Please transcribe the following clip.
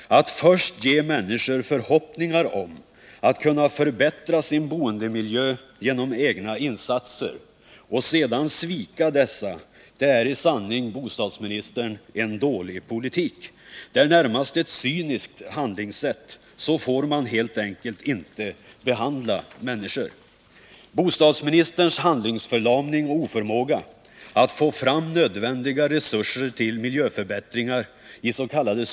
Att först ge människor förhoppningar om att kunna förbättra sin boendemiljö med egna insatser och sedan svika dem är i sanning, fru bostadsminister, dålig politik. Det är närmast ett cyniskt handlingssätt. Så får man helt enkelt inte behandla människor. Bostadsministerns handlingsförlamning och oförmåga att få fram nödvändiga resurser till miljöförbättringar is.k.